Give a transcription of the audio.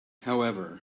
however